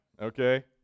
okay